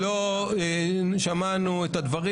לא שמענו את הדברים.